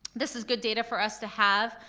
this is good data for us to have,